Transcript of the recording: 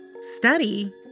Study